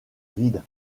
vide